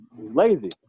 lazy